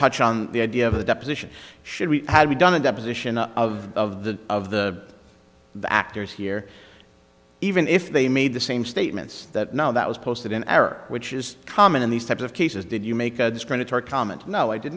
touch on the idea of a deposition should we had we done a deposition of of the of the actors here even if they made the same statements that no that was posted in error which is common in these types of cases did you make a discriminatory comment no i did